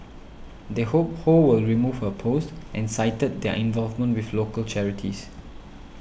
they hope Ho will remove her post and cited their involvement with local charities